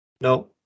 no